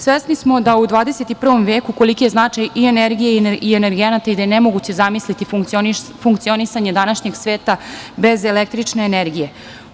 Svesni smo u 21. veku koliki je značaj i energije i energenata i da je nemoguće zamisliti funkcionisanje današnjeg sveta bez električne energije.